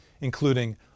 including